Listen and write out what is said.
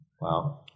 Wow